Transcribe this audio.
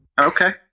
Okay